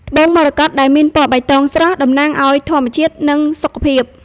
ត្បូងមរកតដែលមានពណ៌បៃតងស្រស់ តំណាងឱ្យធម្មជាតិ និងសុខភាព។